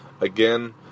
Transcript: again